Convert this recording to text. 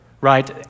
right